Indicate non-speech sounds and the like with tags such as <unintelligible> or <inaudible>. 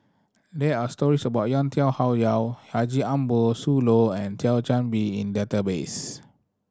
there are stories about Yau Tian <unintelligible> Yau Haji Ambo Sooloh and Thio Chan Bee in database